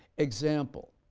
example,